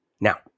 Now